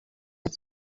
had